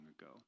ago